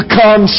come